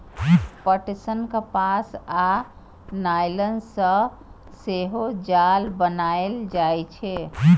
पटसन, कपास आ नायलन सं सेहो जाल बनाएल जाइ छै